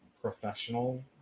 professional